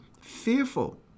fearful